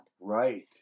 Right